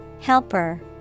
Helper